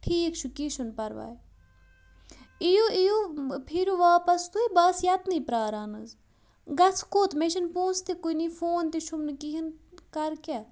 ٹھیٖک چھُ کینٛہہ چھُنہٕ پَرواے یِیِو یِیِو پھیٖرِو واپَس تُہۍ بہٕ آسہٕ یَتنٕے پرٛاران حظ گژھٕ کوٚت مےٚ چھِنہٕ پونسہٕ تہِ کُنی فون تہِ چھُم نہٕ کِہیٖنۍ کَرٕ کیٛاہ